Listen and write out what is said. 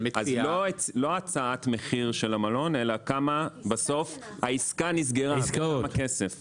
לא הצעת מחיר של המלון אלא בכמה כסף העסקה נסגרה בסוף,